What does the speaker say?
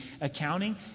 accounting